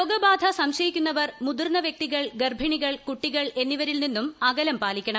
ര്യോഗ്ബാധ സംശയിക്കുന്നവർ മുതിർന്ന വ്യക്തികൾ ഗർഭിണികൾ കുട്ടീക്ൾ എന്നിവരിൽ നിന്നും അകലം പാലിക്കണം